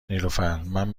نیلوفرمن